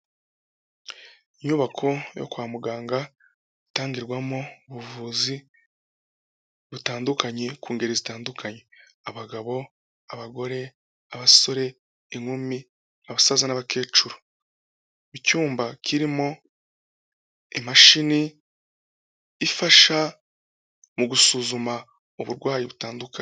Inyubako yo kwa muganga itangirwamo ubuvuzi butandukanye ku ngeri zitandukanye, abagabo, abagore, abasore, inkumi, abasaza n'abakecuru. Icyumba kirimo imashini ifasha mu gusuzuma uburwayi butandukanye.